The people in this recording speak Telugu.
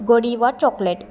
Godiva chocolate